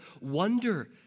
wonder